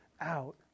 out